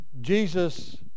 Jesus